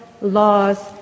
laws